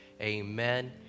amen